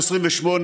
בן 28,